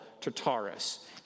Tartarus